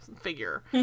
figure